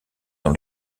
dans